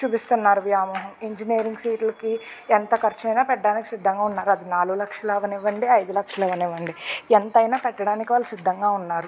చూపిస్తున్నారు వ్యామోహం ఇంజనీరింగ్ సీట్లకి ఎంత ఖర్చు అయినా పెట్టడానికి సిద్ధంగా ఉన్నారు అది నాలుగు లక్షలు అవనివ్వండి ఐదు లక్షలు అవనివ్వండి ఎంతైనా పెట్టడానికి వాళ్ళు సిద్ధంగా ఉన్నారు